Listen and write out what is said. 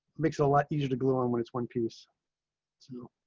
makes a lot easier to glue on when it's one piece to